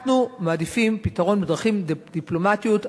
אנחנו מעדיפים פתרון בדרכים דיפלומטיות,